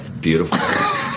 Beautiful